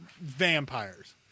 vampires